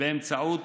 באמצעות